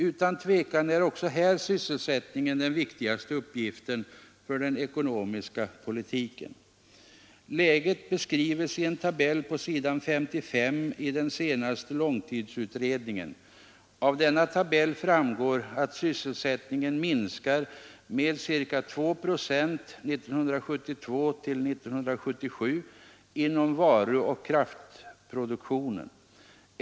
Utan tvive sysselsättningen den viktigaste uppgiften för den ekonomiska politiken. Läget beskrivs i en tabell på s. 55 i den senaste långtidsutredningen. Av denna tabell framgår att sysselsättningen minskar med ca 2 procent 1972-1977 inom varuoch kraftproduktionen.